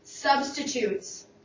Substitutes